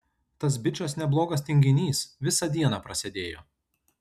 tas bičas neblogas tinginys visą dieną prasėdėjo